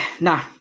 Nah